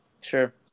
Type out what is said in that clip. Sure